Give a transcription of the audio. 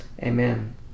Amen